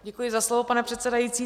Děkuji za slovo, pane předsedající.